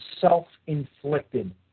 self-inflicted